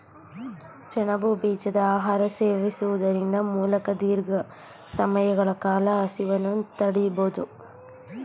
ಸೆಣಬು ಬೀಜದ ಆಹಾರ ಸೇವಿಸುವುದರ ಮೂಲಕ ದೀರ್ಘ ಸಮಯಗಳ ಕಾಲ ಹಸಿವನ್ನು ತಡಿಬೋದು